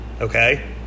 okay